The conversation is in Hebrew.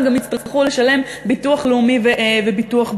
הן גם יצטרכו לשלם ביטוח לאומי וביטוח בריאות.